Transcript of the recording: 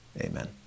Amen